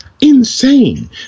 insane